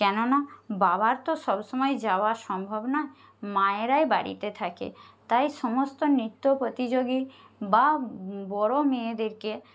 কেন না বাবার তো সবসময় যাওয়া সম্ভব নয় মায়েরাই বাড়িতে থাকে তাই সমস্ত নৃত্য প্রতিযোগী বা বড়ো মেয়েদেরকে